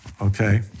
Okay